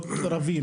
במקומות רבים,